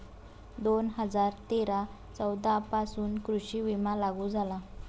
दोन हजार तेरा चौदा पासून कृषी विमा लागू झाला